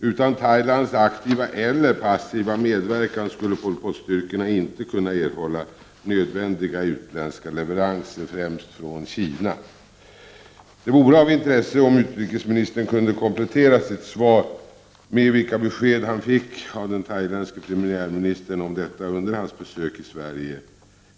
Utan Thailands aktiva eller passiva medverkan skulle Pol Pot-styrkorna inte kunna erhålla nödvändiga utländska leveranser, främst från Kina. Det vore av intresse om utrikesministern kunde komplettera sitt svar med vilka besked han fick av den thailändske premiärministern om detta under hans besök i Sverige.